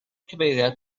cyfeiriad